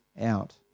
out